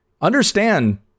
Understand